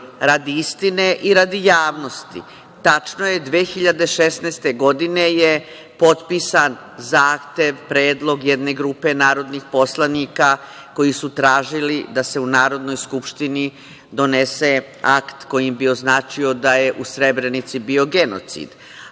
Radi istine i radi javnosti, tačno je 2016. godine je potpisan zahtev, predlog jedne grupe narodnih poslanika koji su tražili da se u Narodnoj Skupštini donese akt kojim bi označio da je u Srebrenici, bio genocid. Ali